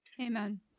Amen